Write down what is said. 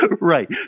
right